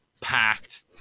packed